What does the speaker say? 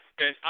Okay